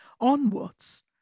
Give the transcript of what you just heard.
onwards